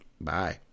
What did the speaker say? Bye